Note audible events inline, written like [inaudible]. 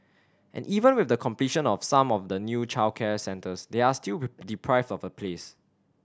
and even with the completion of some of the new childcare centres they are still [unintelligible] deprived of a place